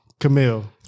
Camille